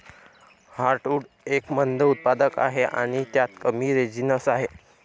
heartwood एक मंद उत्पादक आहे आणि त्यात कमी रेझिनस आहे